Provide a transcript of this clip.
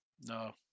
No